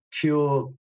cure